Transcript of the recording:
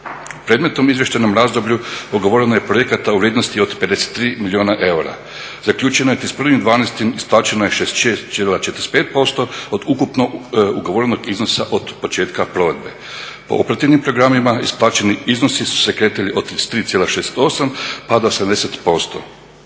predmetno izvještajnom razdoblju ugovoreno je projekata u vrijednosti od 53 milijuna eura, zaključeno je 31.12. isplaćeno je 36,45% od ukupno ugovorenog iznosa od početka provedbe. … /Govornik se ne razumije./… programima isplaćeni iznosi su se kretali od 33,68 pa do …%